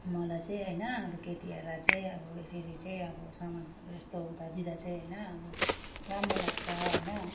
मलाई चाहिँ होइन अब केटीहरूलाई चाहिँ अब यसरी चाहिँ अब सामानहरू यस्तो हुँदा दिँदा चाहिँ होइन अब राम्रो लाग्छ होइन